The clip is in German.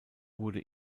wurde